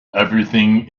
everything